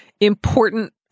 important